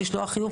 לשלוח חיוב.